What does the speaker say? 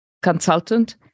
Consultant